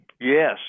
Yes